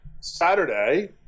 Saturday